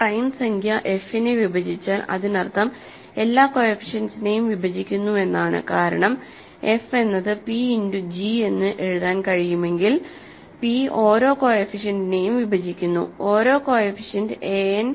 ഒരു പ്രൈം സംഖ്യ f നെ വിഭജിച്ചാൽ അതിനർത്ഥം എല്ലാ കോഎഫിഷ്യന്റ്സിനെയും വിഭജിക്കുന്നു എന്നാണ് കാരണം f എന്നത് p ഇന്റു g എന്ന് എഴുതാൻ കഴിയുമെങ്കിൽ p ഓരോ കോഎഫിഷ്യന്റിനെയും വിഭജിക്കുന്നു ഓരോ കോഎഫിഷ്യന്റ് an